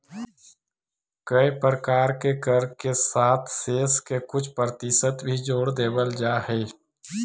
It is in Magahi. कए प्रकार के कर के साथ सेस के कुछ परतिसत भी जोड़ देवल जा हई